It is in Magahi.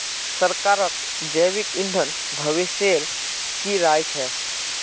सरकारक जैविक ईंधन भविष्येर की राय छ